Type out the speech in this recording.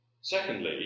Secondly